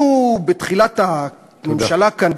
אנחנו בתחילת הממשלה כאן,